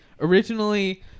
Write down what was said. Originally